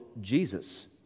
Jesus